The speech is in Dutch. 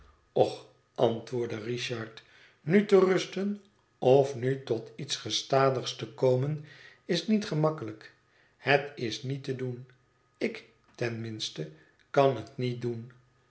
och antwoordde richard nu te rusten of nu tot iets gestadigs te komen is niet gemakkelijk het is niet te doen ik ten minste kan het niet doen